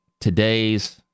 today's